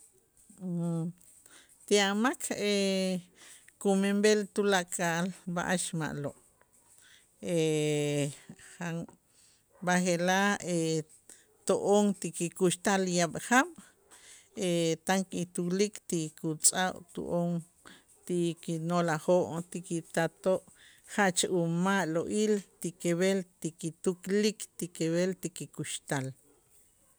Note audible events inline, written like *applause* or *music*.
*hesitation* Ti a' mak *hesitation* kumenb'el tulakal b'a'ax ma'lo' *hesitation* jan b'aje'laj *hesitation* to'on ti kikuxtal yaab' jaab' *hesitation* tan kitulik ti kutz'ajto'on ti kinoolajoo' ti kitatoo' jach uma'lo'il ti kib'el ti ki tuklik ti kib'el ti kikuxtal.